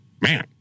Man